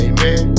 Amen